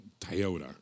Toyota